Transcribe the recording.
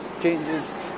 changes